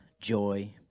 joy